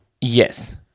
Yes